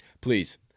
please